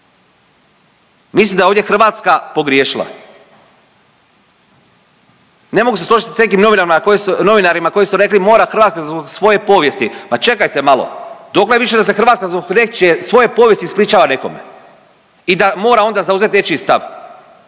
Mislim da je ovdje Hrvatska pogriješila. Ne mogu se složiti s nekim novinarima koji su rekli mora Hrvatska zbog svoje povijesti. Ma čekajte malo, dokle više da se Hrvatska zbog nečije, svoje povijesti ispričava nekome i da mora onda zauzeti nečiji stav?